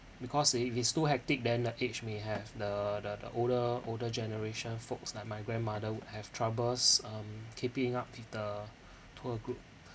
because if it is too hectic then the aged may have the the the older older generation folks like my grandmother would have troubles um keeping up with the tour group